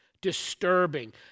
disturbing